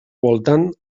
voltant